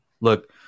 look